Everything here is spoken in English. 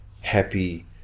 happy